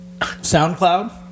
SoundCloud